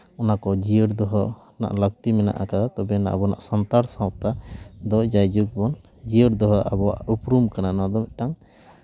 ᱚᱱᱟ ᱠᱚ ᱡᱤᱭᱟᱹᱲ ᱫᱚᱦᱚ ᱨᱮᱱᱟᱜ ᱞᱟᱹᱠᱛᱤ ᱢᱮᱱᱟᱜ ᱠᱟᱫᱟ ᱛᱚᱵᱮ ᱟᱵᱚᱱᱟᱜ ᱥᱟᱱᱛᱟᱲ ᱥᱟᱶᱛᱟ ᱫᱚ ᱡᱟᱭᱡᱩᱜᱽ ᱵᱚᱱ ᱡᱤᱭᱟᱹᱲ ᱫᱚᱦᱚ ᱟᱵᱚᱣᱟᱜ ᱩᱯᱨᱩᱢ ᱠᱟᱱᱟ ᱱᱚᱣᱟ ᱫᱚ ᱢᱤᱫᱴᱟᱝ